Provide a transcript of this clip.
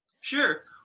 Sure